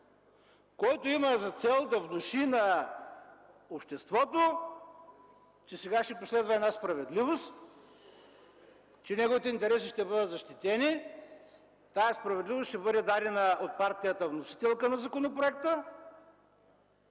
който има за цел да внуши на обществото, че сега ще последва една справедливост, че неговите интереси ще бъдат защитени и тази справедливост ще бъде дадена от партията вносителка на законопроекта.